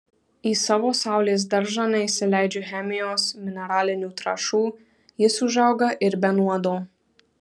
į savo saulės daržą neįsileidžiu chemijos mineralinių trąšų jis užauga ir be nuodo